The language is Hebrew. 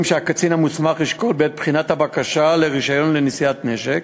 שהקצין המוסמך ישקול בעת בחינת הבקשה לרישיון לנשיאת נשק,